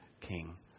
king